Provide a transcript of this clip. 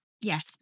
yes